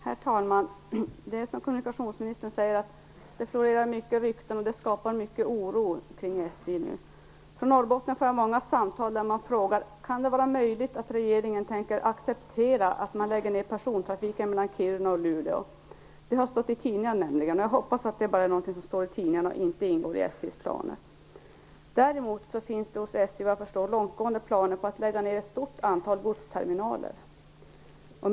Herr talman! Det är som kommunikationsministern säger att det florerar många rykten kring SJ, och det skapar mycket oro. Jag får många samtal från Norrbotten där man frågar om det kan vara möjligt att regeringen tänker acceptera att SJ lägger ned persontrafiken mellan Kiruna och Luleå. Det har nämligen stått i tidningarna. Jag hoppas att det bara är någonting som står i tidningarna och inte ingår i SJ:s planer. Däremot finns det, vad jag förstår, långtgående planer hos SJ på att lägga ned ett stort antal godsterminaler.